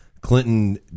Clinton